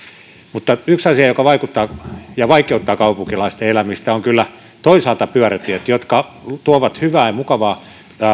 mutta yksi asia joka vaikeuttaa kaupunkilaisten elämistä ovat kyllä toisaalta pyörätiet jotka tuovat hyvää ja mukavaa